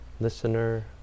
listener